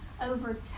over